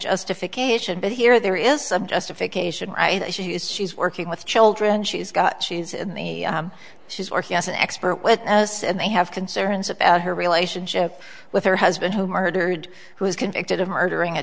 justification but here there is some justification right she is she's working with children she's got she's she's or he has an expert witness and they have concerns about her relationship with her husband who murdered who was convicted of murdering a